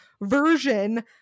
version